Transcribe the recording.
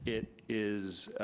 it is,